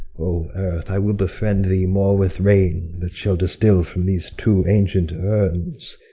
o earth, i will befriend thee more with rain that shall distil from these two ancient urns,